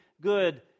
good